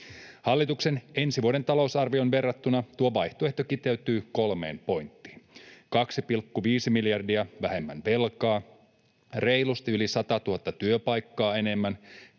Hallituksen ensi vuoden talousarvioon verrattuna tuo vaihtoehto kiteytyy kolmeen pointtiin — 2,5 miljardia vähemmän velkaa, reilusti yli 100 000 työpaikkaa enemmän,